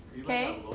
Okay